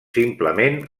simplement